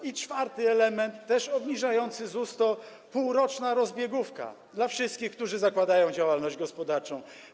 I czwarty element, też obniżający ZUS, to półroczna rozbiegówka dla wszystkich, którzy zakładają działalność gospodarczą.